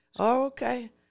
Okay